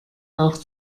auch